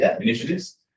initiatives